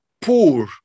poor